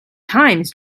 times